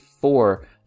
four